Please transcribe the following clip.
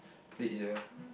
dead !sia!